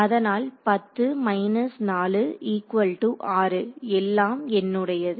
அதனால் எல்லாம் என்னுடையது